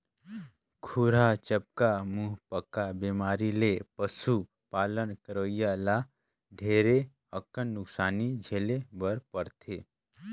खुरहा चपका, मुहंपका बेमारी ले पसु पालन करोइया ल ढेरे अकन नुकसानी झेले बर परथे